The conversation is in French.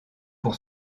pour